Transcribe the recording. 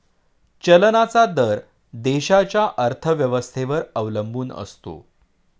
चलनाचा दर देशाच्या अर्थव्यवस्थेवर अवलंबून असतो